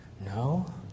No